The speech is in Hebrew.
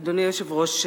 אדוני היושב-ראש,